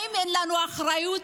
האם אין לנו אחריות